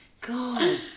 God